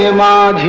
yeah la